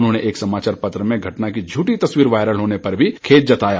उन्होंने एक समाचार पत्र में घटना की झूठी तस्वीर वायरल होने पर भी खेद जताया